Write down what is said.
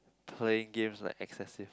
playing games like excessive